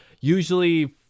usually